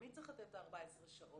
מי צריך לתת את ה-14 שעות?